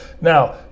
now